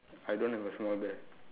I don't have a small bear